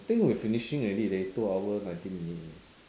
think we finishing already leh two hour ninety minute already